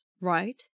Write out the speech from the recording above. right